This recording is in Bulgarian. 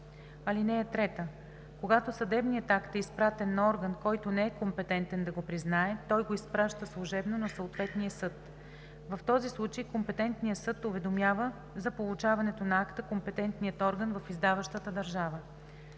съд. (3) Когато съдебният акт е изпратен на орган, който не е компетентен да го признае, той го изпраща служебно на съответния съд. В този случай компетентният съд уведомява за получаването на акта компетентния орган в издаващата държава.